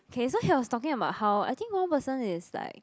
okay so he was talking about how I think one person is like